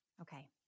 Okay